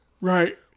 Right